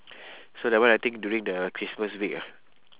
so that one I think during the christmas week ah